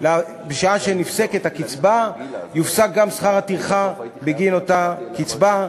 שבשעה שנפסקת הקצבה יופסק גם שכר הטרחה בגין אותה קצבה.